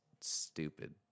stupid